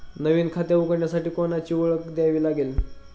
नवीन खाते उघडण्यासाठी कोणाची ओळख द्यावी लागेल का?